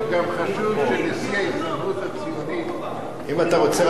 אם אתה רוצה רק יותר לפרט,